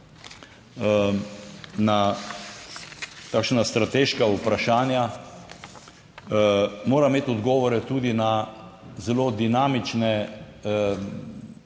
na takšna strateška vprašanja. Mora imeti odgovore, tudi na zelo dinamične,